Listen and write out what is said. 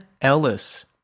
Ellis